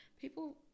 people